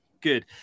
Good